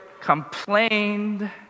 complained